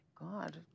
God